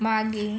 मागे